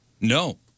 No